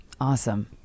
Awesome